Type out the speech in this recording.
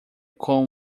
com